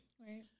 Right